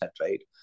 right